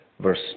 verse